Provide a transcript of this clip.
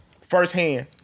firsthand